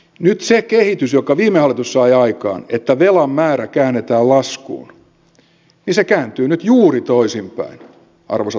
nyt se kehitys jonka viime hallitus sai aikaan että velan määrä käännetään laskuun kääntyy nyt juuri toisinpäin arvoisat edustajat